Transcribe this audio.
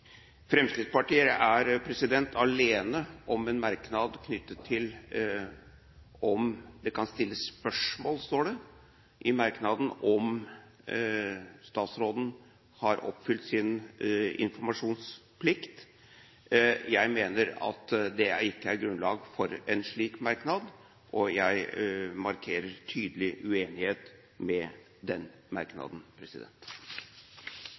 Fremskrittspartiet er alene om en merknad knyttet til om det kan stilles spørsmål ved om statsråden har oppfylt sin informasjonsplikt. Jeg mener at det ikke er grunnlag for en slik merknad, og jeg markerer tydelig uenighet med den